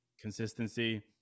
consistency